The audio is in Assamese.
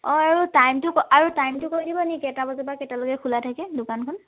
অঁ আৰু টাইমটো আৰু টাইমটো কৈ দিব নেকি কেইটা বজাৰ পৰা কেইটালৈকে খোলা থাকে দোকানখন